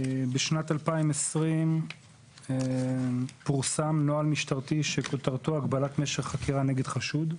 בשנת 2020 פורסם נוהל משטרתי שכותרתו הגבלת משך חקירה נגד חשוד,